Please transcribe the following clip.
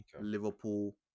Liverpool